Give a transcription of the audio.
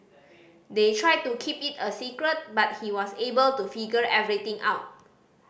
they tried to keep it a secret but he was able to figure everything out